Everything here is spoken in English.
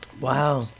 Wow